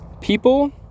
People